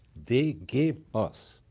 they gave us